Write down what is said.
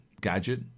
gadget